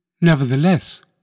Nevertheless